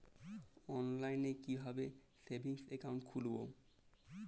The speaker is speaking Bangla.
অনলাইনে কিভাবে সেভিংস অ্যাকাউন্ট খুলবো?